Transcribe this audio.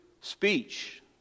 speech